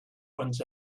ones